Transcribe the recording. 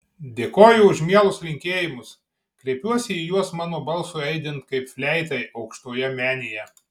dėkoju už mielus linkėjimus kreipiuosi į juos mano balsui aidint kaip fleitai aukštoje menėje